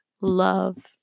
love